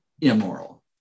immoral